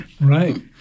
Right